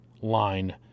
line